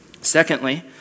secondly